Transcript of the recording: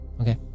okay